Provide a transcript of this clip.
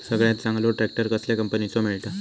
सगळ्यात चांगलो ट्रॅक्टर कसल्या कंपनीचो मिळता?